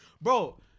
Bro